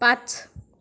पाच